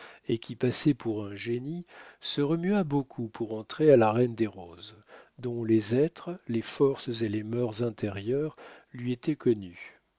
et qui passait pour un génie se remua beaucoup pour entrer à la reine des roses dont les êtres les forces et les mœurs intérieures lui étaient connus